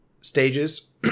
stages